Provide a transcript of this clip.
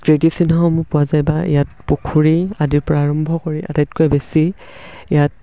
কীৰ্তিচিহ্নসমূহ পোৱা যায় বা ইয়াত পুখুৰী আদিৰপৰা আৰম্ভ কৰি আটাইতকৈ বেছি ইয়াত